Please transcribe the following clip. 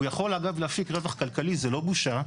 הוא יכול, אגב, להפיק רווח כלכלי, זה לא בושה.